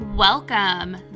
Welcome